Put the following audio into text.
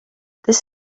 this